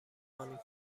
خانم